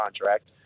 contract